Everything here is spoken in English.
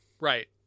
Right